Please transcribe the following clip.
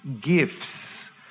gifts